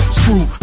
screw